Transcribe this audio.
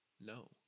no